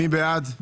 מי בעד?